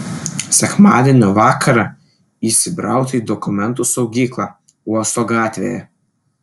sekmadienio vakarą įsibrauta į dokumentų saugyklą uosto gatvėje